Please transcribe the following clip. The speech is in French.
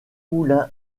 moulin